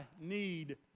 need